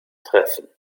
treffen